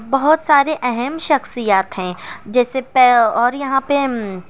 بہت سارے اہم شخصیات ہیں جیسے پئے اور یہاں پہ